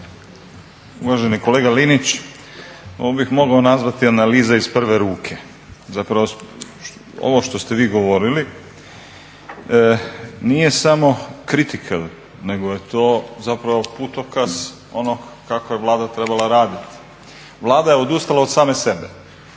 Uvaženi kolega Linić, ovo bih mogao nazvati analiza iz prve ruke, ovo što ste vi govorili nije samo kritika nego je to zapravo putokaz onog kako je Vlada trebala raditi. Vlada je odustala od same sebe,